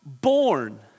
born